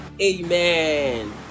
Amen